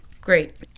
Great